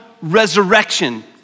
resurrection